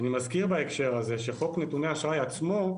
אני מזכיר בהקשר הזה, שחוק נתוני האשראי עצמו,